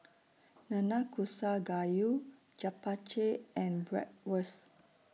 Nanakusa Gayu Japchae and Bratwurst